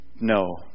no